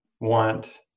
want